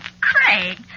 Craig